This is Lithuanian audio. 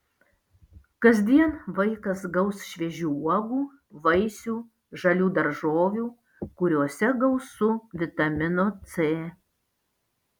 kasdien vaikas gaus šviežių uogų vaisių žalių daržovių kuriose gausu vitamino c